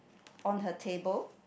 on her table